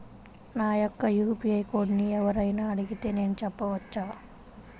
నా యొక్క యూ.పీ.ఐ కోడ్ని ఎవరు అయినా అడిగితే నేను చెప్పవచ్చా?